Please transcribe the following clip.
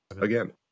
again